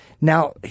Now